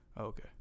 Okay